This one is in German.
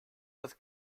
das